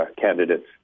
candidates